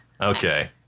Okay